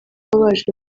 baje